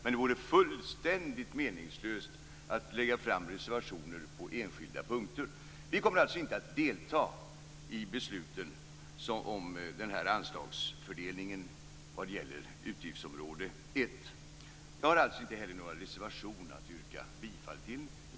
Det vore fullständigt meningslöst att göra reservationer på enskilda punkter. Vi kommer alltså inte att delta i besluten om anslagsfördelningen för utgiftsområde 1. Vi har heller inga reservationer att yrka bifall till.